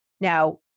Now